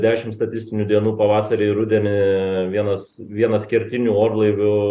dešimt statistinių dienų pavasarį rudenį vienas vienas kertinių orlaivių